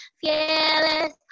fearless